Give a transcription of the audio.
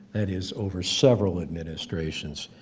that is over several administrations,